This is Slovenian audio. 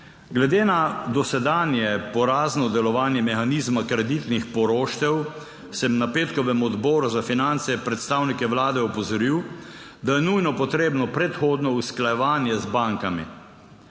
Glede na dosedanje porazno delovanje mehanizma kreditnih poroštev, sem na petkovem Odboru za finance predstavnike Vlade opozoril, da je nujno potrebno predhodno usklajevanje z bankami.